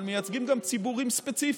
אבל מייצגים גם ציבורים ספציפיים,